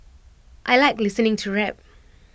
I Like listening to rap